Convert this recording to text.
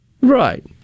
Right